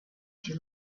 you